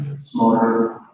smarter